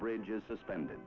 bridges suspended